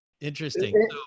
interesting